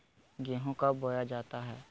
गेंहू कब बोया जाता हैं?